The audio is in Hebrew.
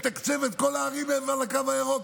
מתקצב את כל הערים מעבר לקו הירוק.